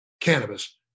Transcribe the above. cannabis